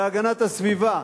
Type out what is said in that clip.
בהגנת הסביבה,